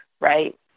right